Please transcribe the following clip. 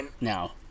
now